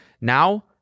now